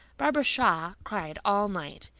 barbara shaw cried all night.